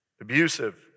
abusive